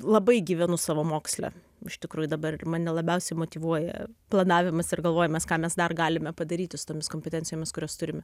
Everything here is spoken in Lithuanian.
labai gyvenu savo moksle iš tikrųjų dabar ir mane labiausiai motyvuoja planavimas ir galvojimas ką mes dar galime padaryti su tomis kompetencijomis kurias turime